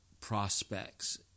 prospects